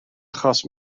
achos